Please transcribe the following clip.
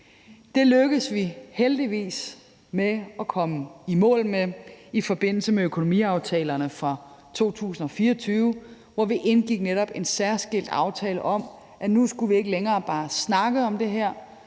Det lykkedes vi heldigvis at komme i mål med i forbindelse med økonomiaftalerne for 2024, hvor vi netop indgik en særskilt aftale om, at nu skulle vi ikke længere bare snakke om det her.